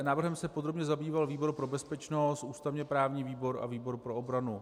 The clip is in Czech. Návrhem se podrobně zabýval výbor pro bezpečnost, ústavněprávní výbor a výbor pro obranu.